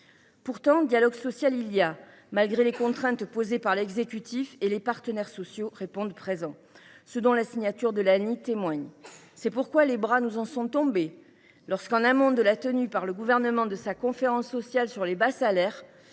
Pourtant, le dialogue social existe, et ce malgré les contraintes imposées par l’exécutif : les partenaires sociaux répondent présents, comme en témoigne la signature de l’ANI. C’est pourquoi les bras nous en sont tombés lorsque, en amont de la tenue par le Gouvernement de sa conférence sociale sur les bas salaires,